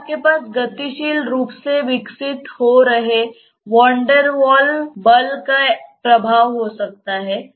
तब आपके पास गतिशील रूप से विकसित हो रहे वान डेर वाल बल Van Der Waal's force का प्रभाव हो सकता है